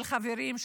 של חברים,